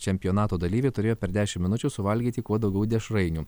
čempionato dalyviai turėjo per dešim minučių suvalgyti kuo daugiau dešrainių